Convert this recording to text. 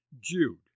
Jude